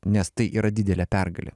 nes tai yra didelė pergalė